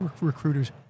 recruiters